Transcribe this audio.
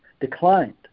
declined